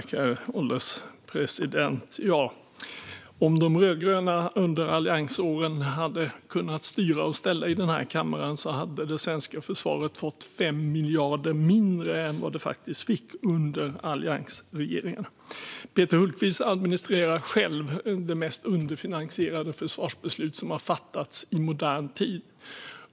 Herr ålderspresident! Om de rödgröna under alliansåren hade kunnat styra och ställa i den här kammaren hade det svenska försvaret fått 5 miljarder mindre än vad det faktiskt fick under alliansregeringarna. Peter Hultqvist administrerar själv det mest underfinansierade försvarsbeslut som har fattats i modern tid.